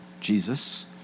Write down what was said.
Jesus